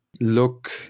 look